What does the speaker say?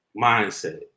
mindset